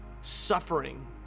suffering